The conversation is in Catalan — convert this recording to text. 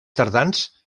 tardans